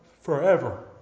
forever